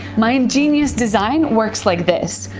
my ingenious design works like this.